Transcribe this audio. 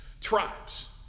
tribes